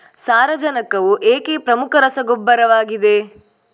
ಸಾರಜನಕವು ಏಕೆ ಪ್ರಮುಖ ರಸಗೊಬ್ಬರವಾಗಿದೆ?